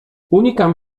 unikam